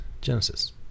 Genesis